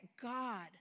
God